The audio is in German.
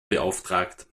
beauftragt